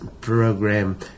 program